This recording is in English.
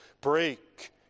break